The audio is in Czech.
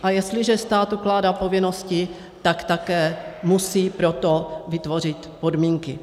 A jestliže stát ukládá povinnosti, tak také musí pro to vytvořit podmínky.